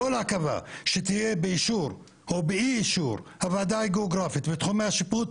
כל עכבה שתהיה באישור או באי אישור הוועדה הגיאוגרפית ותחומי השיפוט,